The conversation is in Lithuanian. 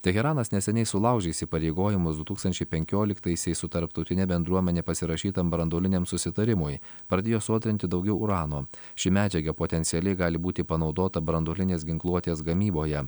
teheranas neseniai sulaužė įsipareigojimus du tūkstančiai penkioliktaisiais su tarptautine bendruomene pasirašytam branduoliniam susitarimui pradėjo sodrinti daugiau urano ši medžiaga potencialiai gali būti panaudota branduolinės ginkluotės gamyboje